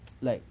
like